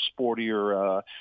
sportier